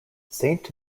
saint